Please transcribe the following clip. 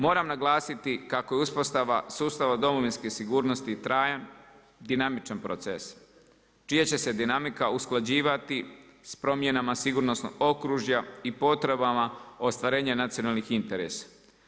Moram naglasiti kako je uspostava sustava domovinske sigurnosti trajan, dinamičan proces čija će se dinamika usklađivati sa promjenama sigurnosnog okružja i potrebama ostvarenja nacionalnih interesa.